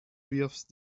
wirfst